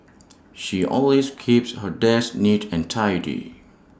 she always keeps her desk neat and tidy